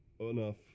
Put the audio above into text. enough